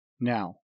Now